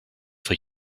for